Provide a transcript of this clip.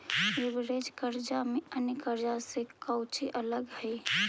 Leverage कर्जा में अन्य कर्जा से कउची अलग हई?